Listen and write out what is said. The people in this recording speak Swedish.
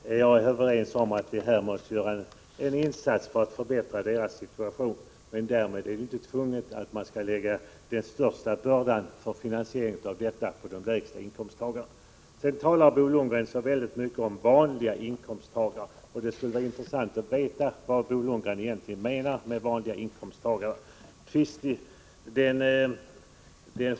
Fru talman! Vi är överens om att vi måste göra en insats för att förbättra barnfamiljernas situation, men därför är det inte nödvändigt att lägga den största bördan för finansieringen på dem som har de lägsta inkomsterna. Bo Lundgren talar så mycket om vanliga inkomsttagare. Det skulle vara intressant att få veta vad Bo Lundgren egentligen menar med vanliga inkomsttagare.